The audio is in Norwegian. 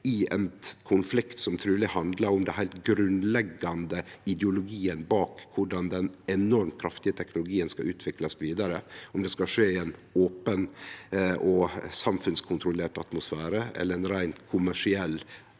i ein konflikt som truleg handlar om den heilt grunnleggjande ideologien bak korleis den enormt kraftige teknologien skal utviklast vidare: om det skal skje i ein open og samfunnskontrollert atmosfære eller i ein rein kommersiell